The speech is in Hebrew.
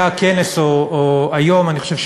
אני חושב,